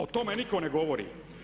O tome nitko ne govori.